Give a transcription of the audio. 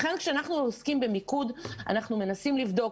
לכן כשאנחנו עוסקים במיקוד אנחנו מנסים לבדוק